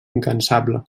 incansable